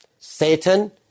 Satan